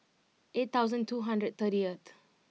eight thousand two hundred thirtieth